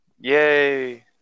Yay